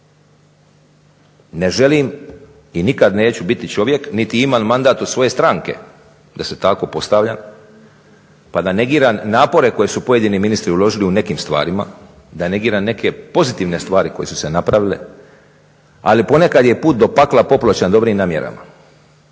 Ne želim i nikad neću biti čovjek niti imam mandat od svoje stranke da se tako postavljam pa da negiram napore koje su pojedini ministri uložili u nekim stvarima, da negiram neke pozitivne stvari koje su se napravile, ali ponekad je put do pakla popločen dobrim namjerama.